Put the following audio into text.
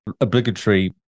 obligatory